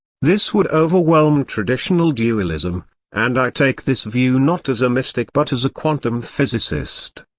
this would overwhelm traditional dualism and i take this view not as a mystic but as a quantum physicist.